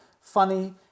funny